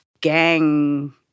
gang